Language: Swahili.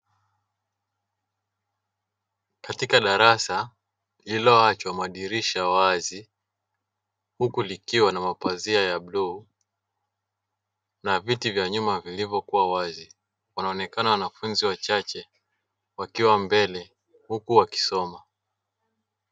Katika darasa lililoachwa madirisha wazi huku likiwa na mapazia ya bluu na viti vya nyuma vilivyokuwa wazi. Wanaonekana wanafunzi wachache wakiwa mbele huku wakisoma.